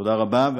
תודה רבה.